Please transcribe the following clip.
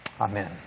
Amen